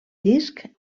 disc